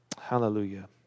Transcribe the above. Hallelujah